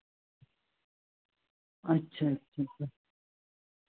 ਅੱਛਾ ਅੱਛਾ